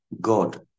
God